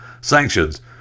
Sanctions